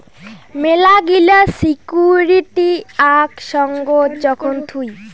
মেলাগিলা সিকুইরিটি আক সঙ্গত যখন থুই